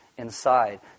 Inside